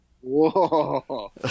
Whoa